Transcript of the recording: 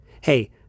Hey